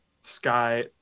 Sky